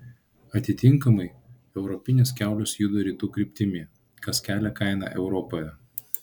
atitinkamai europinės kiaulės juda rytų kryptimi kas kelia kainą europoje